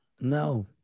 No